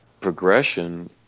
progression